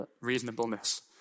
reasonableness